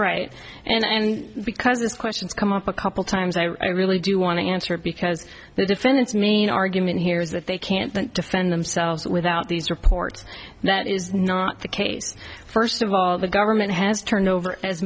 right and because this questions come up a couple times i really do want to answer because the defendants main argument here is that they can't defend themselves without these reports and that is not the case first of all the government has turned over as